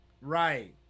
Right